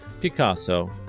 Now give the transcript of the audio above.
Picasso